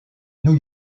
new